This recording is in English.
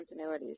continuities